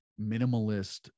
minimalist